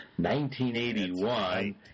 1981